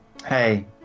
Hey